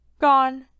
Gone